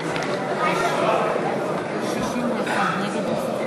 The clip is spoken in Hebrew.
61 קולות.